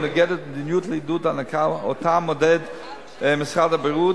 מנוגדת למדיניות לעידוד ההנקה שמשרד הבריאות